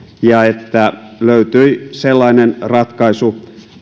ja että työmarkkinoille löytyi sellainen ratkaisu